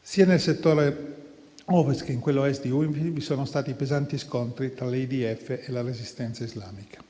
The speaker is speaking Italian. Sia nel settore Ovest che in quello Est UNIFIL, vi sono stati pesanti scontri tra l'IDF e la resistenza islamica.